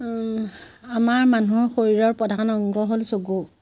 আমাৰ মানুহৰ শৰীৰৰ প্ৰধান অংগ হ'ল চকু